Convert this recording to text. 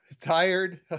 tired